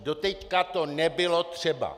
Doteď to nebylo třeba.